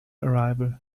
arrival